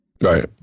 Right